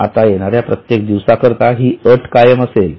आता येणाऱ्या प्रत्येक दिवसाकरीता ही अट कायम असेल